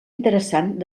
interessant